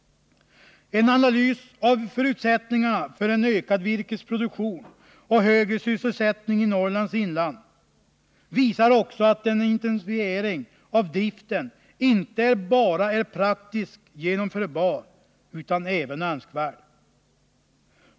En analys av förutsättningarna för en ökad virkesproduktion och en högre sysselsättning i Norrlands inland visar också att en intensifiering av driften inte bara är praktiskt genomförbar utan även önskvärd.